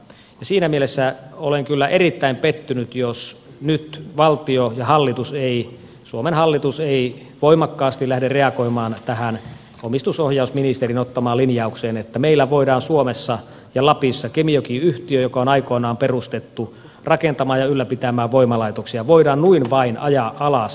siinä mielessä olen kyllä erittäin pettynyt jos nyt valtio ja suomen hallitus ei voimakkaasti lähde reagoimaan tähän omistusohjausministerin ottamaan linjaukseen että meillä voidaan suomessa ja lapissa kemijoki yhtiö joka on aikoinaan perustettu rakentamaan ja ylläpitämään voimalaitoksia noin vain ajaa alas